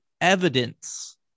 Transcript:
evidence